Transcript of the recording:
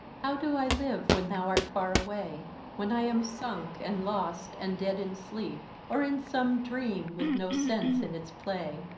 how do i live when thou art far away when i am sunk, and lost, and dead in sleep, or in some dream with no sense in its play?